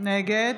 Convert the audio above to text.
נגד